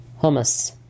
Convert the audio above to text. hummus